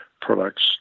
products